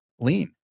Lean